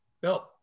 Bill